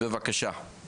בבקשה.